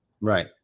Right